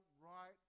right